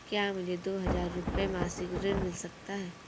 क्या मुझे दो हज़ार रुपये मासिक ऋण मिल सकता है?